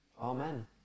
Amen